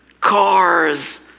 cars